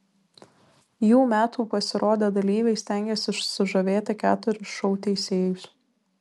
jų metų pasirodę dalyviai stengėsi sužavėti keturis šou teisėjus